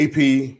AP